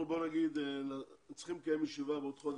אנחנו צריכים בעוד חודש לקיים ישיבה בנושא